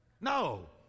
No